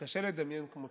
שקשה לדמיין כמותה.